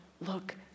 look